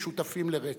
כשותפים לרצח.